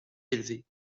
élevée